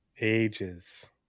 Ages